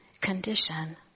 condition